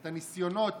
את הניסיונות